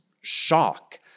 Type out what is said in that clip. shock